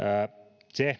se